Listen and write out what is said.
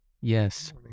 yes